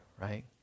right